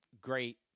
great